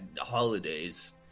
holidays